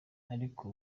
ariko